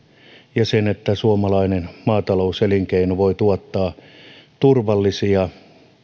ja sen että suomalainen maatalouselinkeino voi tuottaa turvallisia